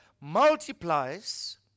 multiplies